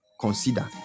consider